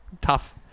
Tough